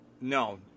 No